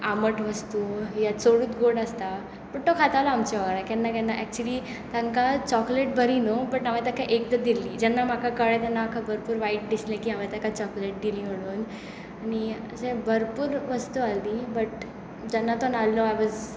आमट वस्तू वा चडूच गोड आसता बट तो खातालो केन्नाय केन्नाय एकच्यूली तांकां चॉकलेट बरी न्हय हांवें ताका एकदां दिल्ली जेन्ना म्हाका कळ्ळें तेन्ना म्हाका भरपूर वायट दिसलें की हांव ताका चॉकलेट दिली म्हणून आनी अशे भरपूर वस्तू आसली बट जेन्ना तो नासलो आय वॉज